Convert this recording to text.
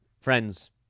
friends